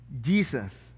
Jesus